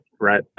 right